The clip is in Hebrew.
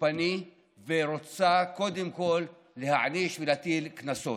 תוקפני ורוצה קודם כול להעניש ולהטיל קנסות.